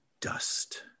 dust